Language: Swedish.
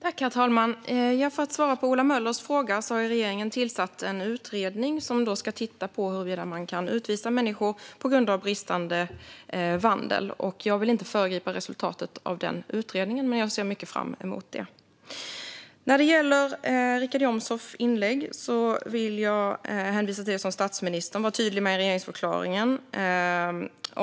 Herr talman! Mitt svar på Ola Möllers fråga är att regeringen har tillsatt en utredning som ska titta på huruvida man kan utvisa människor på grund av bristande vandel. Jag vill inte föregripa resultatet av utredningen men ser mycket fram emot resultatet av den. När det gäller Richard Jomshofs inlägg vill jag hänvisa till det som statsministern var tydlig med i regeringsförklaringen.